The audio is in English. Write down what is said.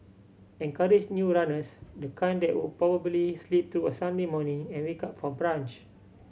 encourage new runners the kind that would probably sleep through a Sunday morning and wake up for brunch